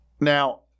now